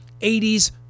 80s